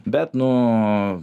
bet nu